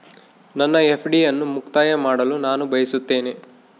ನನ್ನ ಎಫ್.ಡಿ ಅನ್ನು ಮುಕ್ತಾಯ ಮಾಡಲು ನಾನು ಬಯಸುತ್ತೇನೆ